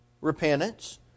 Repentance